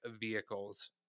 vehicles